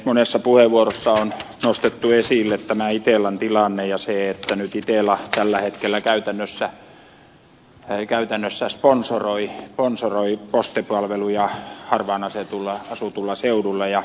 monessa puheenvuorossa on nostettu esille tämä itellan tilanne ja se että itella tällä hetkellä käytännössä sponsoroi postipalveluja harvaanasutuilla seuduilla